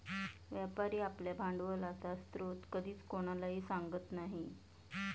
व्यापारी आपल्या भांडवलाचा स्रोत कधीच कोणालाही सांगत नाही